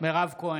מירב כהן,